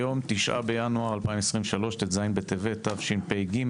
היום ה-9 בינואר 2023, ט"ז בטבת התשפ"ג.